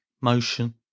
motion